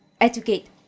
educate